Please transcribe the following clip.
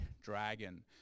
dragon